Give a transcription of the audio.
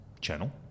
channel